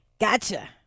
Gotcha